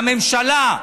לממשלה,